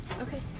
Okay